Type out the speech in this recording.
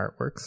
artworks